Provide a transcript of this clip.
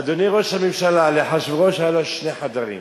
אדוני ראש הממשלה, אחשוורוש, היו לו שני חדרים.